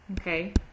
okay